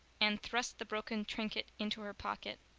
anne thrust the broken trinket into her pocket.